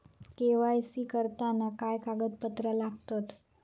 KYC करताना काय कागदपत्रा लागतत?